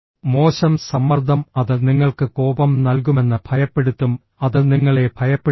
മോശം സമ്മർദ്ദം അത് നിങ്ങൾക്ക് കോപം നൽകുമെന്ന് ഭയപ്പെടുത്തും അത് നിങ്ങളെ ഭയപ്പെടുത്തും